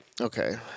Okay